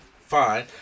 fine